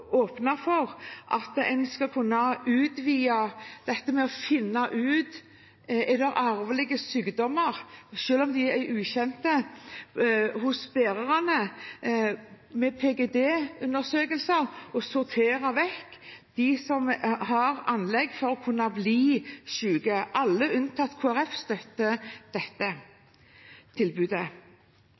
åpne for at en skal kunne utvide dette med å finne ut om det er arvelige sykdommer – selv om de er ukjent hos bærerne – med PGD-undersøkelser og sortere vekk dem som har anlegg for å kunne bli syke. Alle unntatt Kristelig Folkeparti støtter dette tilbudet.